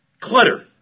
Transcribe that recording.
clutter